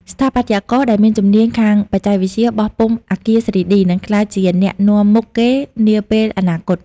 ស្ថាបត្យករដែលមានជំនាញខាងបច្ចេកវិទ្យា "បោះពុម្ពអគារ 3D" នឹងក្លាយជាអ្នកនាំមុខគេនាពេលអនាគត។